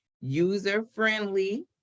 user-friendly